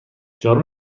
جارو